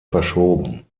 verschoben